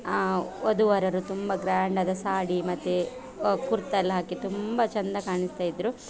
ವಧು ವರರು ತುಂಬ ಗ್ರ್ಯಾಂಡಾದ ಸಾಡಿ ಮತ್ತು ಕುರ್ತ ಎಲ್ಲ ಹಾಕಿ ತುಂಬ ಚಂದ ಕಾಣಿಸ್ತಾ ಇದ್ದರು